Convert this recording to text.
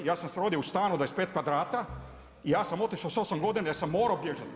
Ja sam se rodio u stanu 25 kvadrata i ja sam otišao sa 8 godina jer sam morao bježati.